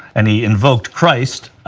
and he invoked christ.